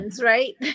right